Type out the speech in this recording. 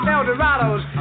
Eldorados